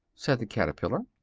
said the caterpillar.